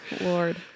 Lord